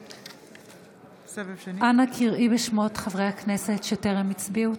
בעד אנא קראי בשמות חברי הכנסת שטרם הצביעו.